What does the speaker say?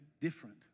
different